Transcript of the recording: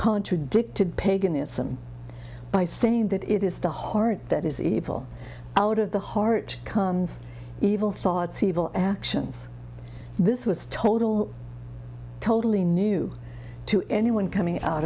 contradicted paganism by saying that it is the heart that is evil out of the heart comes evil thoughts evil actions this was total totally new to anyone coming out